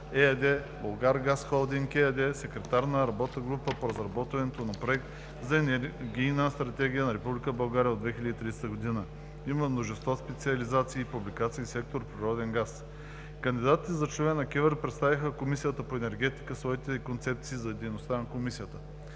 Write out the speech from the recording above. ЕАД, „Булгаргаз холдинг“ ЕАД, секретар на работната група по разработването на проект за Енергийна стратегия на Република България до 2030 г. Има множество специализации и публикации в сектор „Природен газ“. Кандидатите за членове на КЕВР представиха в Комисията по енергетика своите концепции за дейността на комисията.